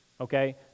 Okay